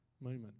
moment